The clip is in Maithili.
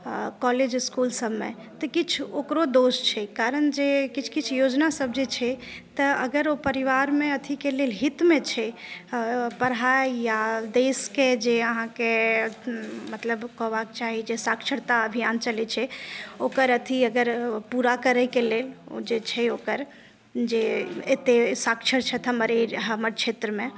कॉलेज इसकुल सभमे तऽ किछु ओकरो दोष छै कारण जे किछु किछु योजना सभ जे छै तऽ अगर ओ परिवारमे अथीके लेल हितमे छै पढ़ाई या देशकेँ जे अहाँकेँ कहबाके चाही जे साक्षरता अभियान चलै छै ओकर अथी अगर पुरा करैके लेल ओ जे छै ओकर जे एते साक्षर छथि हमर क्षेत्रमे